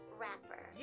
wrapper